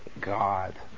God